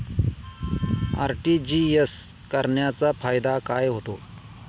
RTGS करण्याचा फायदा काय होतो?